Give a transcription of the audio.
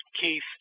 Keith